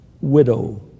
widow